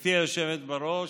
גברתי היושבת-ראש,